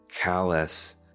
callous